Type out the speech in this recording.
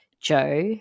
Joe